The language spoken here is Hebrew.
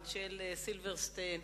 סילברסטיין,